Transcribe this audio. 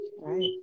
Right